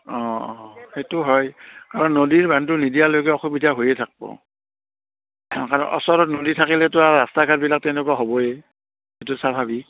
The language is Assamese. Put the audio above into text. অঁ অঁ সেইটো হয় কাৰণ নদীৰ বান্ধটো নিদিয়ালৈকে অসুবিধা হৈয়ে থাকিব অঁ ওচৰত নদী থাকিলেতো আৰু ৰাস্তা ঘাটবিলাক তেনেকুৱা হ'বই সেইটো স্বাভাৱিক